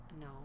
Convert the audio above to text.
No